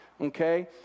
okay